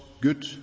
good